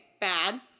bad